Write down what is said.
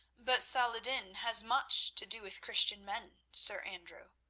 but saladin has much to do with christian men, sir andrew.